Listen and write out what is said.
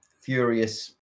Furious